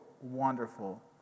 Wonderful